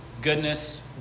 goodness